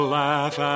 laugh